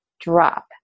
drop